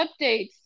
updates